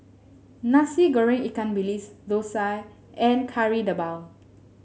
Nasi Goreng Ikan Bilis Dosa and Kari Debal